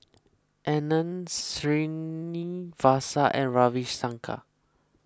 Anand Srinivasa and Ravi Shankar